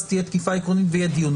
אז תהיה תקיפה עקרונית ויהיה דיון.